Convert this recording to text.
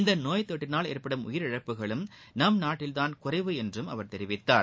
இந்த நோய் தொற்றினால் ஏற்படும் உயிரிழப்புகளும் நம் நாட்டில்தான் குறைவு என்றும் அவர் தெரிவித்தார்